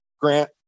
Grant